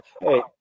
Hey